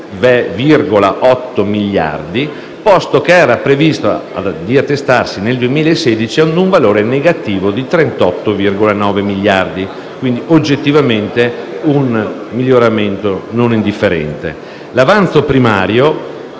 27,8 miliardi, posto che era previsto attestarsi, nel 2016, a un valore negativo di 38,9 miliardi di euro. Oggettivamente c'è stato un miglioramento non indifferente. L'avanzo primario